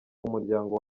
umuryango